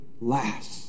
last